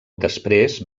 després